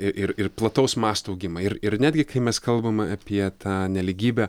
ir ir ir ir plataus masto augimą ir ir netgi kai mes kalbam apie tą nelygybę